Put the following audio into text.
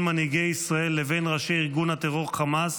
מנהיגי ישראל לבין ראשי ארגון הטרור חמאס